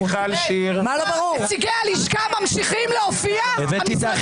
נציגי לשכת